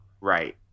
Right